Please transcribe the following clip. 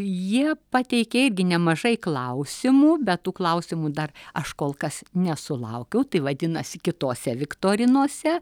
jie pateikė irgi nemažai klausimų bet tų klausimų dar aš kol kas nesulaukiau tai vadinasi kitose viktorinose